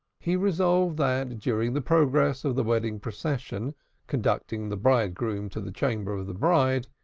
he resolved that during the progress of the wedding procession conducting the bridegroom to the chamber of the bride,